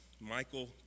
Michael